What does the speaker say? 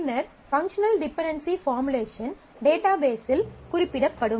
பின்னர் functional dependency formulation டேட்டாபேஸ்சில் குறிப்பிடப்படும்